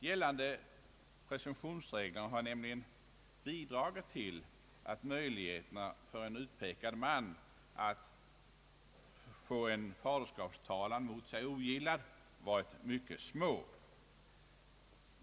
Gällande presumtionsregler har nämligen bidragit till att möjligheterna för en utpekad man att få en faderskapstalan ogillad varit mycket små.